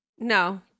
No